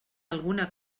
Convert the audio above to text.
alguna